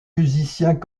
musiciens